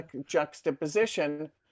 juxtaposition